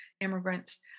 immigrants